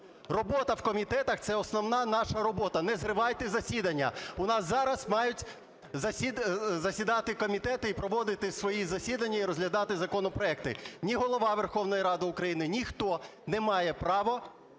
Робота в комітетах – це основна наша робота. Не зривайте засідання, у нас зараз мають засідати комітети і проводити свої засідання, і розглядати законопроекти. Ні Голова Верховної Ради України, ніхто не має права